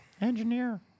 Engineer